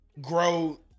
grow